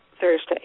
Thursday